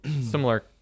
similar